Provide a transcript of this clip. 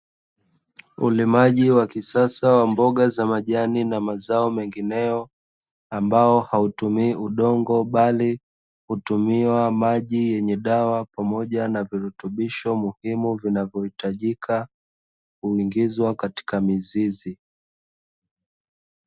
Ulimaji wa kisasa wa mboga za majani na mazao mengineyo, ambao hautumii udongo bali hutumia maji yenye dawa pamoja na virutubisho muhimu vinavyohitajika kuingizwa katika mizizi.